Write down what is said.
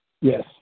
Yes